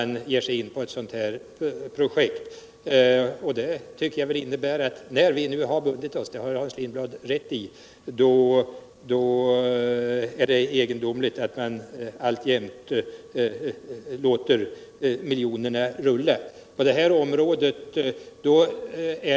När vi nu har bundit oss — det har Hans Lindblad rätt i — är det mot bakgrund av statsministerns uttalande egendomligt att man alltjämt låter miljonerna rulla på det här området.